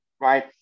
right